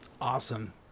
Awesome